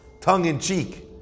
tongue-in-cheek